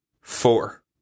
Four